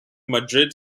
madrid